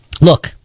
look